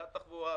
בעד תחבורה,